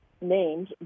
named